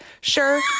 Sure